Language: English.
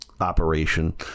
Operation